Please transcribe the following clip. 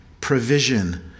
provision